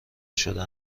شده